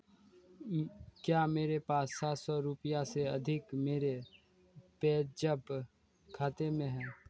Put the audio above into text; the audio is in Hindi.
क्या मेरे पास सात सौ रुपया से अधिक मेरे पेजप खाते में है